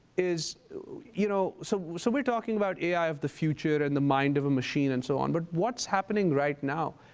is you know so so we're talking about ai of the future and the mind of a machine and so on, but what's happening right now?